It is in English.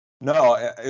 No